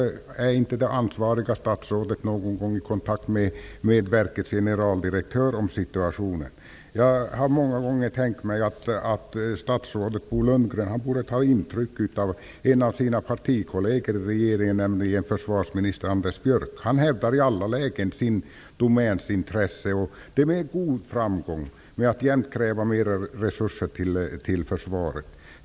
Varför är inte det ansvariga statsrådet någon gång i kontakt med verkets generaldirektör om situationen? Jag har många gånger tänkt mig att statsrådet Bo Lundgren borde ta intryck av en av sina partikolleger i regeringen, nämligen av försvarsminister Anders Björck. Han hävdar i alla lägen sin domäns intressen -- och det med god framgång -- genom att kräva mer resurser till försvaret.